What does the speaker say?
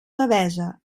devesa